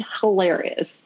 hilarious